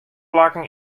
plakken